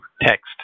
text